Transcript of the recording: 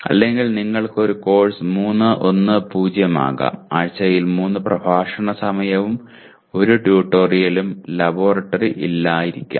അല്ലെങ്കിൽ നിങ്ങൾക്ക് ഒരു കോഴ്സ് 3 1 0 ആകാം ആഴ്ചയിൽ 3 പ്രഭാഷണ സമയവും 1 ട്യൂട്ടോറിയലും ലബോറട്ടറി ഇല്ലായിരിക്കാം